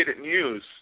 news